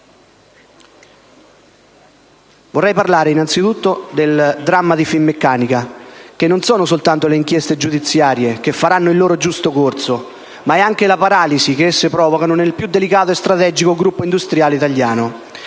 Vorrei parlare innanzitutto del dramma di Finmeccanica, che non è dato solo dalle inchieste giudiziarie, che faranno il loro giusto corso, ma anche dalla paralisi che esse provocano nel più delicato e strategico gruppo industriale italiano.